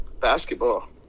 basketball